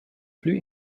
plü